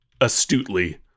astutely